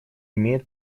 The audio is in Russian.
имеет